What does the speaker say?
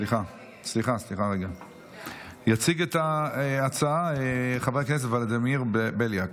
יציג את ההצעה חבר הכנסת ולדימיר בליאק.